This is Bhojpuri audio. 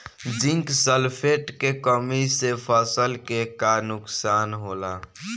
जिंक सल्फेट के कमी से फसल के का नुकसान होला?